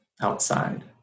outside